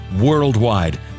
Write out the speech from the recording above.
worldwide